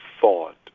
thought